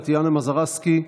טטיאנה מזרסקי,